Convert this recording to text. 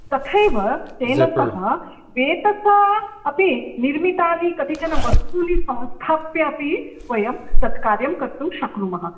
तथैव तेन सह वेतसा अपि निर्मितानि कतिचन वस्तूनि संस्थाप्य अपि वयं तत्कार्यं कर्तुं शक्नुमः